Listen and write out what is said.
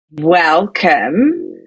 Welcome